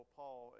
paul